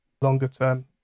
longer-term